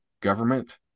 government